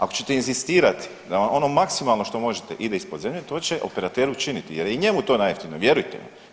Ako ćete inzistirati da ono maksimalno što možete ide ispod zemlje to će operater učiniti jer je i njemu to najjeftinije, vjerujte mi.